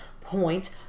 point